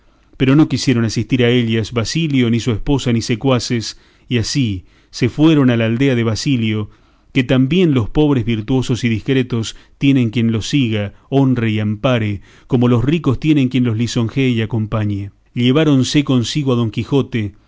pero no quisieron asistir a ellas basilio ni su esposa ni secuaces y así se fueron a la aldea de basilio que también los pobres virtuosos y discretos tienen quien los siga honre y ampare como los ricos tienen quien los lisonjee y acompañe llevarónse consigo a don quijote